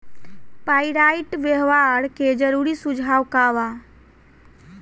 Pyrite व्यवहार के जरूरी सुझाव का वा?